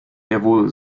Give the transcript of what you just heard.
jawohl